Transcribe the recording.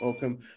welcome